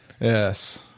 yes